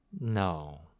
No